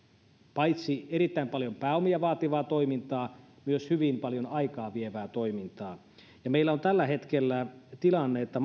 paitsi erittäin paljon pääomia vaativaa toimintaa myös hyvin paljon aikaa vievää toimintaa ja meillä on tällä hetkellä tilanne että